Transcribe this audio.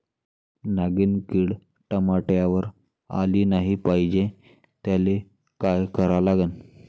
नागिन किड टमाट्यावर आली नाही पाहिजे त्याले काय करा लागन?